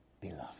beloved